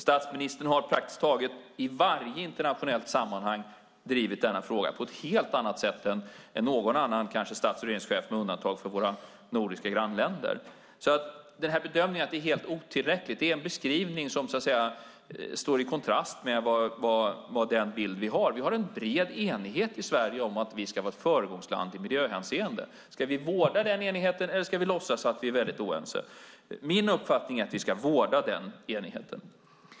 Statsministern har i praktiskt taget varje internationellt sammanhang drivit denna fråga på ett helt annat sätt än någon annan stats eller regeringschef, med undantag av våra nordiska grannländer. Bedömningen att det är helt otillräckligt är en beskrivning som står i kontrast till den bild vi har. Vi har en bred enighet i Sverige om att vi ska vara ett föregångsland i miljöhänseende. Ska vi vårda den enigheten eller låtsas att vi är oense? Min uppfattning är att vi ska vårda den enigheten.